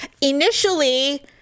initially